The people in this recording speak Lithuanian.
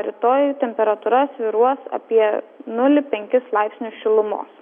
rytoj temperatūra svyruos apie nulį penkis laipsnius šilumos